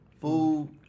Food